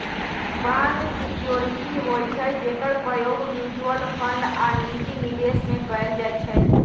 bond security होइ छइ जेकर प्रयोग म्यूच्यूअल फंड आऽ निजी निवेश में कएल जाइ छइ